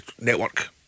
network